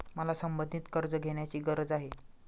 मला संबंधित कर्ज घेण्याची गरज आहे